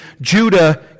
Judah